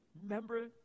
Remember